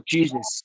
Jesus